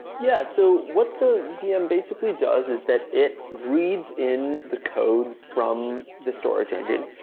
yeah. so what the vm basically does is that it reads in the code from the storage engine.